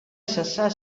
cessar